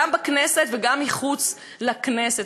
גם בכנסת וגם מחוץ לכנסת,